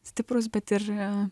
stiprūs bet ir